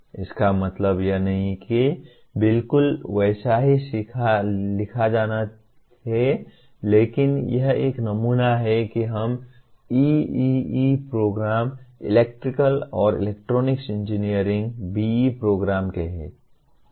इसका मतलब यह नहीं है कि इसे बिल्कुल वैसा ही लिखा जाना है लेकिन यह एक नमूना है कि हम EEE प्रोग्राम इलेक्ट्रिकल और इलेक्ट्रॉनिक्स इंजीनियरिंग BE प्रोग्राम कहें